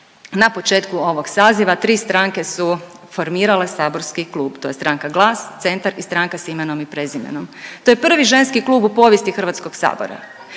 na početku ovog saziva tri stranke su formirale saborski klub. To je stranka GLAS, Centar i Stranka s imenom i prezimenom. To je prvi ženski klub u povijesti Hrvatskog sabora